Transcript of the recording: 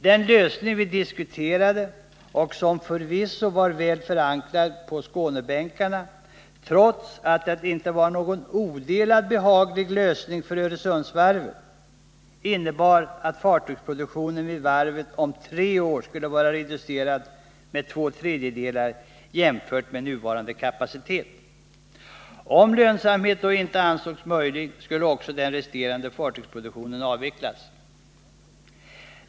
Den lösning vi diskuterade och som förvisso var väl förankrad på Skånebänkarna, trots att det inte var någon odelat behaglig lösning för Öresundsvarvet, innebar att fartygsproduktionen vid varvet om tre år skulle vara reducerad med två tredjedelar av nuvarande kapacitet. Om lönsamhet då inte ansågs möjlig att uppnå, skulle också den resterande fartygsproduktionen avvecklas.